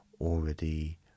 already